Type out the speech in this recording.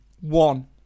One